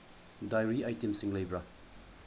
dairy ꯑꯥꯏꯇꯦꯝꯁꯤꯡ ꯂꯩꯕ꯭ꯔꯥ